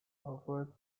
offered